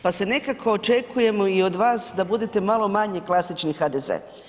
Pa se nekako očekujemo i od vas da budete malo manje klasični HDZ.